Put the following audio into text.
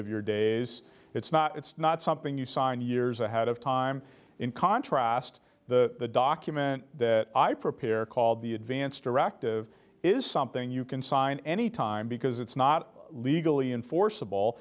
of your days it's not it's not something you sign years ahead of time in contrast the document that i prepare called the advance directive is something you can sign any time because it's not legally enforceable